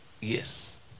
Yes